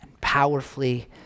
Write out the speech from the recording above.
powerfully